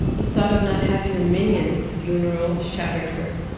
the thought of not having a minyan at the funeral shattered her.